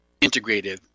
integrative